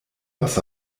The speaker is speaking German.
was